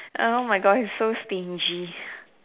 err oh my God he's so stingy